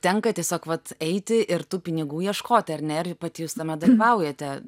tenka tiesiog vat eiti ir tų pinigų ieškoti ar ne ir pati jūs tame dalyvaujate